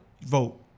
vote